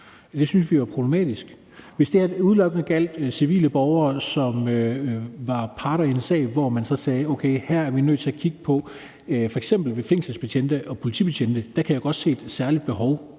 Det synes vi er problematisk. Hvis det her udelukkende gjaldt civile borgere, som er parter i en sag, kunne jeg forstå, hvis man så sagde, at det her er vi nødt til at kigge på. F.eks. med fængselsbetjente og politibetjente kan jeg godt se et særligt behov